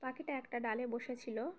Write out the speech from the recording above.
পাখিটা একটা ডালে বসে ছিল